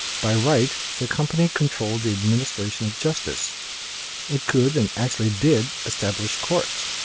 by right the company controlled the administration of justice it could, and actually did, establish courts.